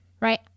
Right